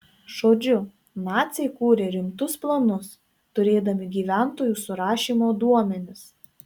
žodžiu naciai kūrė rimtus planus turėdami gyventojų surašymo duomenis